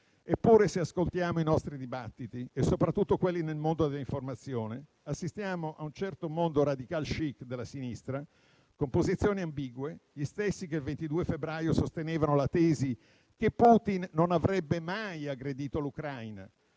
Eppure, se ascoltiamo i nostri dibattiti e soprattutto quelli nel mondo dell'informazione, assistiamo a un certo mondo *radical chic* della sinistra con posizioni ambigue: gli stessi che il 22 febbraio sostenevano la tesi che Putin non avrebbe mai aggredito l'Ucraina;